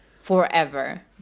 Forever